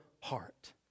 heart